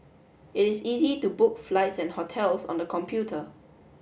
it is easy to book flights and hotels on the computer